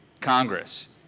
Congress